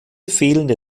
fehlende